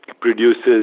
produces